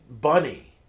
Bunny